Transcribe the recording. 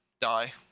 die